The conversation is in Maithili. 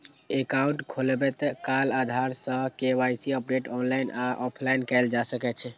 एकाउंट खोलबैत काल आधार सं के.वाई.सी अपडेट ऑनलाइन आ ऑफलाइन कैल जा सकै छै